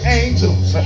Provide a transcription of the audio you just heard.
angels